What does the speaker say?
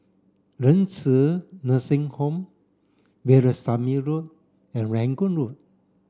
Renci Nursing Home Veerasamy Road and Rangoon Road